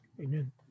amen